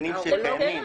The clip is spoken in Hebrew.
התקנים שקיימים.